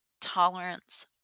tolerance